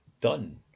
done